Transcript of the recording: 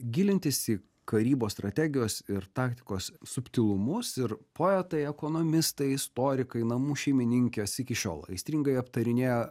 gilintis į karybos strategijos ir taktikos subtilumus ir poetai ekonomistai istorikai namų šeimininkės iki šiol aistringai aptarinėja